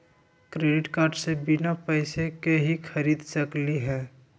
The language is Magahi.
क्रेडिट कार्ड से बिना पैसे के ही खरीद सकली ह?